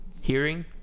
hearing